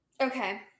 Okay